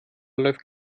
läuft